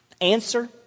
Answer